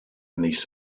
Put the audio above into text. mis